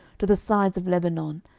to the sides of lebanon,